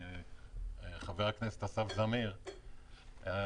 חבר הכנסת אסף זמיר,